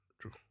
True